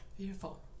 Beautiful